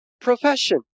profession